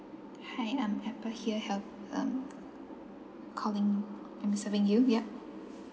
hi um harper here help um calling um serving you yup